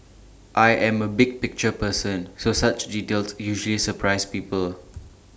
I am A big picture person so such details usually surprise people